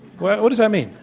what does that mean?